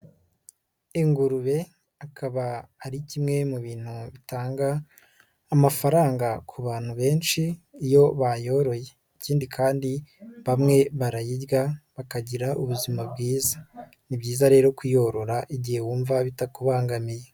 Ingurube akaba ari kimwe mu bintu bitanga amafaranga ku bantu benshi iyo bayoroye ikindi kandi bamwe barayirya bakagira ubuzima bwiza, ni byiza rero kuyorora igihe wumva bitakubangamiye.